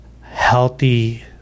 healthy